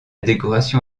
décoration